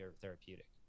therapeutic